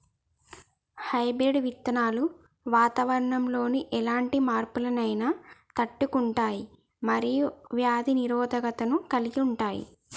hybrid విత్తనాలు వాతావరణంలోని ఎలాంటి మార్పులనైనా తట్టుకుంటయ్ మరియు వ్యాధి నిరోధకతను కలిగుంటయ్